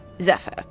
Zephyr